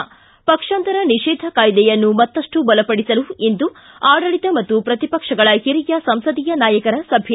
್ತಿ ಪಕ್ಷಾಂತರ ನಿಷೇಧ ಕಾಯ್ಲೆಯನ್ನು ಮತ್ತಷ್ಲು ಬಲಪಡಿಸಲು ಇಂದು ಆಡಳಿತ ಮತ್ತು ಪ್ರತಿಪಕ್ಷಗಳ ಹಿರಿಯ ಸಂಸದೀಯ ನಾಯಕರ ಸಭೆ